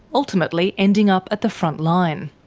ultimately ending up at the frontline.